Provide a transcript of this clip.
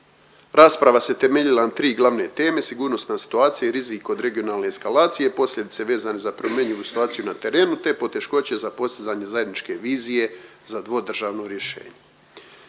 Rasprava se temeljila na tri glavne teme sigurnosna situacija i rizik od regionalne eskalacije i posljedice vezane za promjenjivu situaciju na terenu te poteškoće za postizanje zajedničke vizije za dvodržavno rješenje.